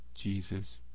Jesus